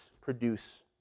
produce